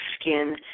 skin